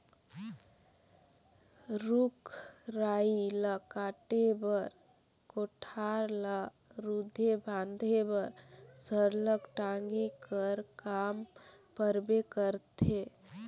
रूख राई ल काटे बर, कोठार ल रूधे बांधे बर सरलग टागी कर काम परबे करथे